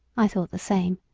i thought the same,